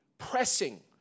pressing